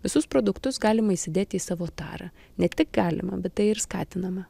visus produktus galima įsidėti į savo tarą ne tik galima bet tai ir skatinama